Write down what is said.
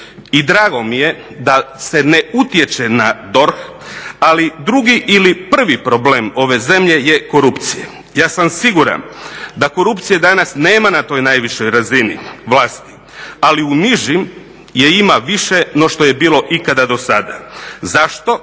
i drago mi je da se ne utječe na DORH ali drugi ili prvi problem ove zemlje je korupcija. Ja sam siguran da korupcije danas nema na toj najvišoj razini vlasti ali u nižim je ima više no što je bilo ikada do sada. Zašto?